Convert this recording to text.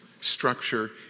structure